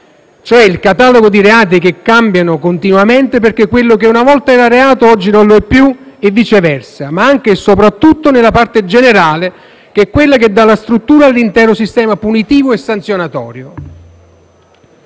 cioè il catalogo dei reati che cambiano continuamente perché quello che una volta era reato oggi non lo è più, e viceversa; ma anche e soprattutto nella parte generale, che è quella che dà la struttura all'intero sistema punitivo e sanzionatorio.